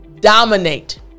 dominate